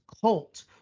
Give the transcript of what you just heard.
cult